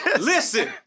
listen